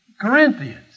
Corinthians